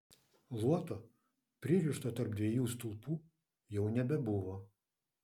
luoto pririšto tarp dviejų stulpų jau nebebuvo